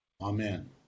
Amen